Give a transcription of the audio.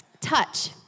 Touch